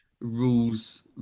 rules